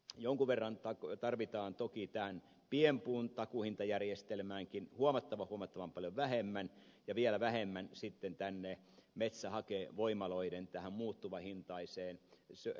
jonkun verran tarvitaan toki tähän pienpuun takuuhin tajärjestelmäänkin huomattavan huomattavan paljon vähemmän ja vielä vähemmän sitten metsähakevoimaloiden muuttuvahintaiseen sähkön tuotantotukeen